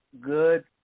good